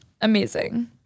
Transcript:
amazing